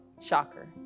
shocker